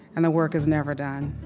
and the work is never done.